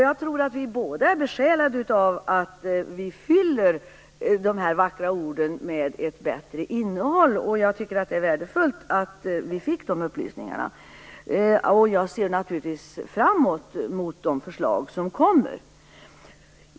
Jag tror att vi båda är besjälade av att fylla dessa vackra ord med ett bättre innehåll. Det är värdefullt att vi fick dessa upplysningar, och jag ser naturligtvis fram emot de förslag som kommer.